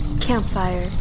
Campfire